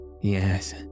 yes